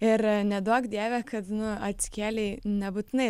ir neduok dieve kad atsikėlei nebūtinai